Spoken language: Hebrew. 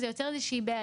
וזה יוצר איזושהי בעיה.